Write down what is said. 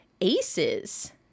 Aces